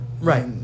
Right